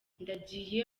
ndagiye